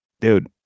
dude